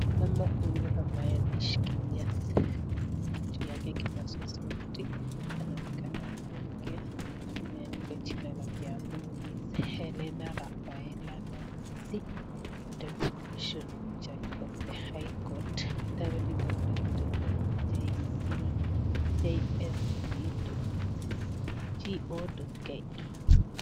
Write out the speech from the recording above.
Mama huyu ambaye ameshikilia kitu yake kipasa sauti anaonekana kuwa mke imeandikwa jina lake hapo Ms.Hellen Rafaela Namisi, interview for the position of judge of the high court, www.jsc.go.ke .